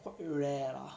quite rare lah